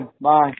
Bye